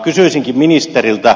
kysyisinkin ministeriltä